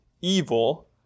evil